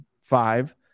five